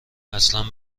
اصلن